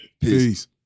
Peace